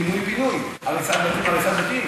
זה לא פינוי-בינוי, הריסת בתים.